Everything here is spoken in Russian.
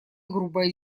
грубая